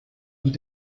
und